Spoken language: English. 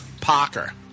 Parker